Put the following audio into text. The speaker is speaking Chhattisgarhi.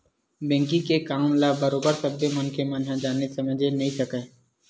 बेंकिग के काम ल बरोबर सब्बे मनखे मन ह जाने समझे नइ सकय